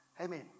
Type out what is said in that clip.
Amen